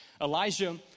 Elijah